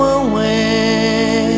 away